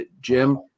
Jim